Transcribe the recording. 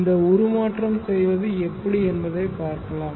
இந்த உருமாற்றம் செய்வது எப்படி என்பதை பார்க்கலாம்